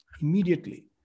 immediately